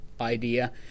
idea